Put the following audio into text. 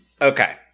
Okay